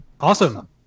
Awesome